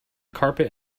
carpet